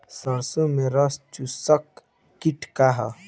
सरसो में रस चुसक किट का ह?